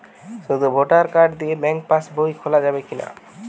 শুধু voter card দিয়ে bank pass বই খোলা যাবে কিনা?